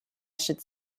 should